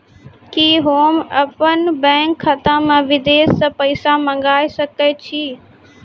कि होम अपन बैंक खाता मे विदेश से पैसा मंगाय सकै छी?